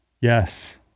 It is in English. Yes